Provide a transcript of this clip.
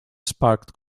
sparked